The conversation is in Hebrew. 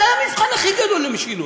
ואני אומר לך, מדברים על משילות.